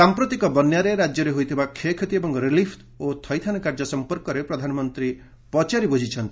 ସାଂପ୍ରତିକ ବନ୍ୟାରେ ରାଜ୍ୟରେ ହୋଇଥିବା କ୍ଷୟକ୍ଷତି ଏବଂ ରିଲିଫ୍ ଓ ଥଇଥାନ କାର୍ଯ୍ୟ ସଂପର୍କରେ ପ୍ରଧାନମନ୍ତ୍ରୀ ପଚାରି ବୁଝିଛନ୍ତି